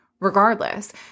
Regardless